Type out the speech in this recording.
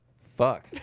Fuck